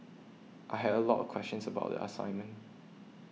I had a lot of questions about the assignment